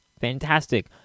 fantastic